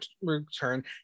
return